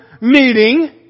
meeting